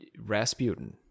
Rasputin